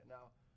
Now